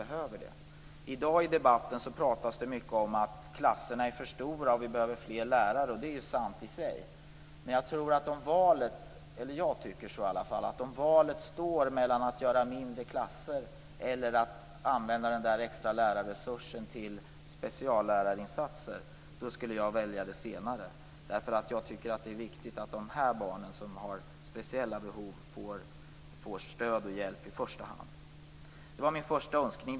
I dag pratas det i debatten mycket om att klasserna är för stora och om att vi behöver fler lärare, och det är i sig sant. Jag tycker dock att om valet står mellan att göra klasserna mindre eller att använda den extra lärarresursen till speciallärarinsatser, skulle jag välja det senare. Jag tycker att det är viktigt att de barn som har speciella behov får stöd och hjälp i första hand. Detta var min första önskan.